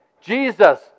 Jesus